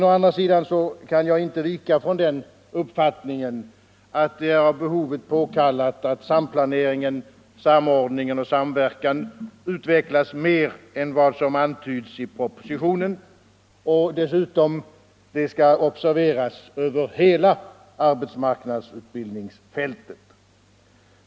Å andra sidan kan jag inte vika från den uppfattningen att det är av behovet påkallat att samplaneringen, samordningen och samverkan utvecklas mer än vad som antyds i propositionen och dessutom — det skall observeras — över hela arbetsmarknadsutbildningsfältet.